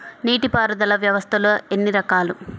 నీటిపారుదల వ్యవస్థలు ఎన్ని రకాలు?